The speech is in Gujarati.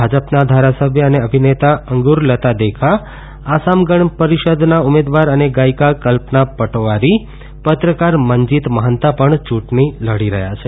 ભાજપની ધારાસભ્ય અને અભિનેતા અંગુરલતા દેકા આસામ ગણ પરીષદના ઉમેદવાર અને ગાયિકા કલ્પના પટોવારી પત્રકાર મનજીત મહન્તા પણ ચુંટણી લડી રહ્યાં છે